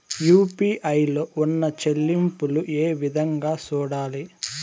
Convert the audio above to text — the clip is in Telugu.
యు.పి.ఐ లో ఉన్న చెల్లింపులు ఏ విధంగా సూడాలి